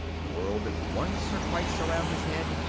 whirled it once or twice around his head,